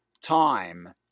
time